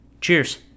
Cheers